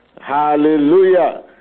Hallelujah